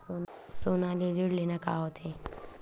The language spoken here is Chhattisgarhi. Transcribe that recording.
सोना ले ऋण लेना का होथे?